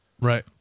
Right